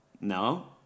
No